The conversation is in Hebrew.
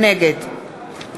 נגד